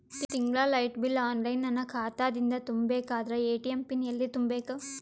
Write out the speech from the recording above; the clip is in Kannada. ತಿಂಗಳ ಲೈಟ ಬಿಲ್ ಆನ್ಲೈನ್ ನನ್ನ ಖಾತಾ ದಿಂದ ತುಂಬಾ ಬೇಕಾದರ ಎ.ಟಿ.ಎಂ ಪಿನ್ ಎಲ್ಲಿ ತುಂಬೇಕ?